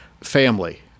Family